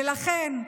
ולכן,